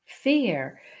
fear